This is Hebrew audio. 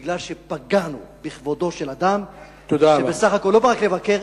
מפני שפגענו בכבודו של אדם שבסך הכול לא בא רק לבקר,